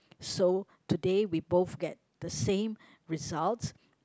so today we both get the same results